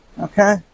Okay